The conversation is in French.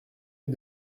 mes